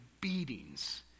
beatings